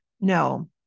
No